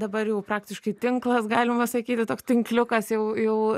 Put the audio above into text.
dabar jau praktiškai tinklas galima sakyti toks tinkliukas jau jau